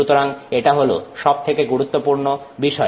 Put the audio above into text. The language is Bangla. সুতরাং এটা হল সবথেকে গুরুত্বপূর্ণ বিষয়